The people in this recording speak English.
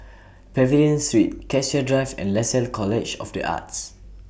Pavilion Street Cassia Drive and Lasalle College of The Arts